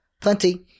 plenty